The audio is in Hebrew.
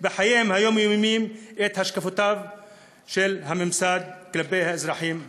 בחייהם היומיומיים את השקפותיו של הממסד כלפי האזרחים הערבים.